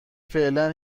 فعلا